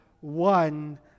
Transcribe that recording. one